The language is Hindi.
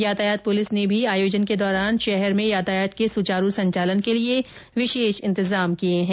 यातायात पुलिस ने भी आयोजन के दौरान शहर में यातायात के सुचारु संचालन के लिए विशेष इंतज़ाम किये हैं